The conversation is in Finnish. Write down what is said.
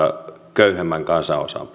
köyhemmän kansanosan